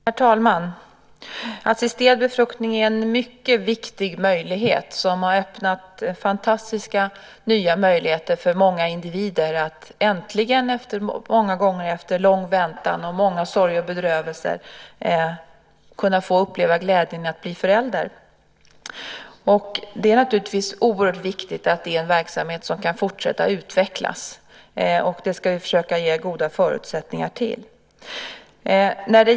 Herr talman! Assisterad befruktning är en mycket viktig möjlighet som har öppnat fantastiska nya vägar för många individer att äntligen, många gånger efter lång väntan och många sorger och bedrövelser, få uppleva glädjen i att bli förälder. Det är naturligtvis oerhört viktigt att det är en verksamhet som kan fortsätta utvecklas. Det ska vi försöka ge goda förutsättningar för.